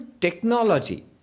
technology